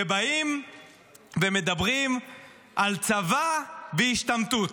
ובאים ומדברים על צבא והשתמטות.